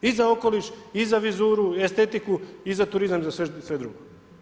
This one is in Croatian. I za okoliš i za vizuru, estetiku i za turizam i za sve drugo.